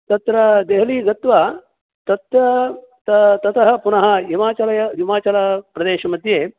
तत्र देहली गत्वा तत्त ततः पुनः हिमाचल हिमाचलप्रदेशमध्ये